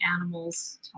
animals